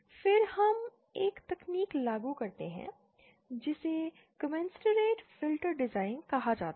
फिर हम एक तकनीक लागू करते हैं जिसे कॉम्नसुरेट फ़िल्टर डिज़ाइन कहा जाता है